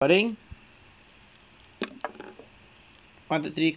putting one two three